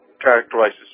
characterizes